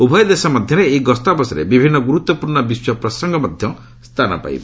ଉଭୟ ଦେଶ ମଧ୍ୟରେ ଏହି ଗସ୍ତ ଅବସରରେ ବିଭିନ୍ନ ଗୁରୁତ୍ୱପୂର୍ଣ୍ଣ ବିଶ୍ୱ ପ୍ରସଙ୍ଗ ମଧ୍ୟ ସ୍ଥାନପାଇବ